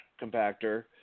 compactor